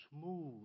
smooth